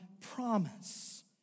promise